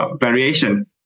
variation